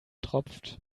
tropft